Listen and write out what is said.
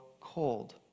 cold